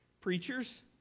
Preachers